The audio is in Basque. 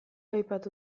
aipatu